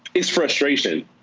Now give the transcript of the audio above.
it's frustration.